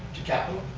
to capital?